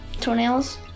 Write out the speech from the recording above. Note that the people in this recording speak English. toenails